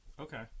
okay